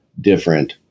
different